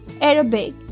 Arabic